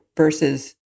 Versus